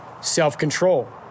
self-control